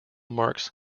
marks